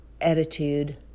attitude